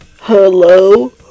hello